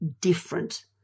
different